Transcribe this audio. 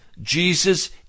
Jesus